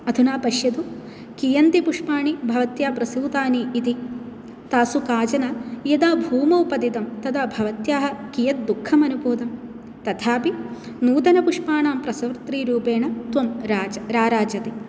अधुना पश्यतु कियन्ति पुष्पाणि भवत्या प्रसूतानि इति तासु काचन यदा भूमौ पतितं तदा भवत्याः कियत् दुःखम् अनुभूतं तथापि नूतनपुष्पाणां प्रसवित्रीरूपेण त्वं राज् राराजते